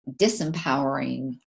disempowering